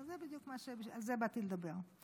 בדיוק על זה באתי לדבר.